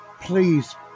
Please